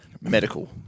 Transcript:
medical